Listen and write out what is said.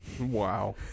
Wow